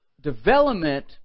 development